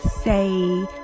say